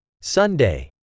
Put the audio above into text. Sunday